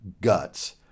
guts